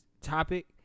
topic